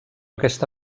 aquesta